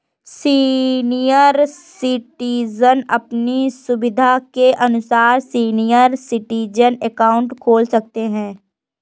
senior citizen अपनी सुविधा के अनुसार सीनियर सिटीजन अकाउंट खोल सकते है